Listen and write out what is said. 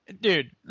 Dude